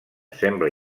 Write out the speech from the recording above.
sembla